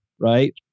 right